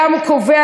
חשוב,